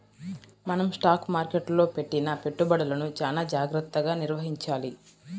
మనం స్టాక్ మార్కెట్టులో పెట్టిన పెట్టుబడులను చానా జాగర్తగా నిర్వహించాలి